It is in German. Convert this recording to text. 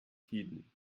tiden